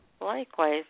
Likewise